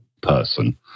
person